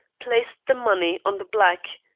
placed the money on the black.